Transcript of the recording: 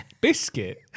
Biscuit